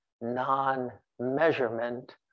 non-measurement